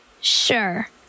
Sure